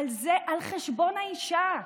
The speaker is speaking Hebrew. אבל זה על חשבון האישה.